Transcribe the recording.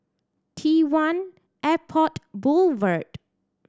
T One Airport Boulevard